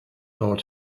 hard